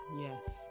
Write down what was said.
yes